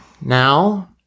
Now